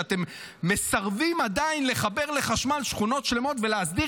כשאתם מסרבים עדיין לחבר לחשמל שכונות שלמות ולהסדיר